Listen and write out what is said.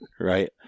Right